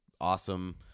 awesome